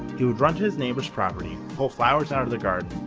he would run to his neighbor's property, pull flowers out of their garden,